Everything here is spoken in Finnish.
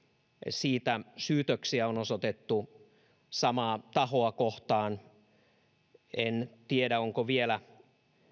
siitä syytöksiä on osoitettu samaa tahoa kohtaan en tiedä ovatko vielä